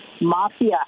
mafia